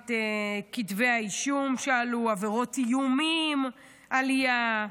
את כתבי האישום שעלו, עבירות איומים, עלייה,